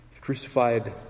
Crucified